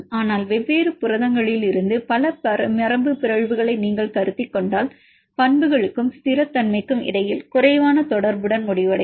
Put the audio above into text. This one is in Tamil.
ஆனால் வெவ்வேறு புரதங்களிலிருந்து பல மரபுபிறழ்வுகளை நீங்கள் கருத்தில் கொண்டால் பண்புகளுக்கும் ஸ்திரத்தன்மைக்கும் இடையில் குறைவான தொடர்புடன் முடிவடையும்